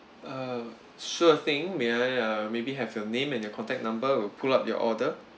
uh sure thing may I uh maybe have your name and your contact number we'll pull up your order